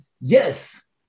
yes